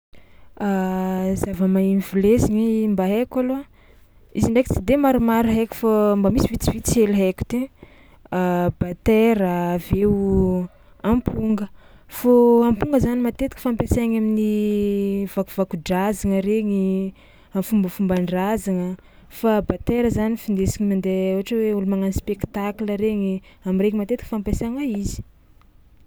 Zavamaneno vilezigny mba haiko alôha, izy ndraiky tsy de maromaro haiko fô mba misy vitsivitsy hely haiko ty: batera, avy eo amponga fô amponga zany matetiky fampiasaigna amin'ny vakovako-drazagna regny, am'fombafomban-drazagna fa batera zany findesina mandeha ohatra hoe ôlo magnano spectacle regny, am'regny matetiky fampiasagna izy.